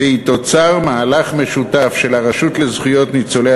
והיא תוצר מהלך משותף של הרשות לזכויות ניצולי